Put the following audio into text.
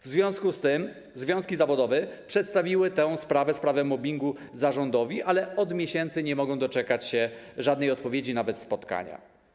W związku z tym związki zawodowe przedstawiły tę sprawę, sprawę mobbingu zarządowi, ale od miesięcy nie mogą doczekać się żadnej odpowiedzi, nawet spotkania.